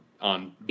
on